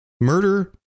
murder